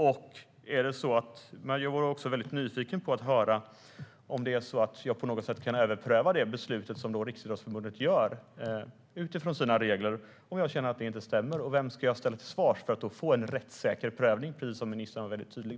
Jag är också mycket nyfiken på att få höra om jag på något sätt kan låta överpröva det beslut som Riksidrottsförbundet fattar utifrån sina regler om jag känner att det inte stämmer, och vem ska jag ställa till svars för att få en rättssäker prövning?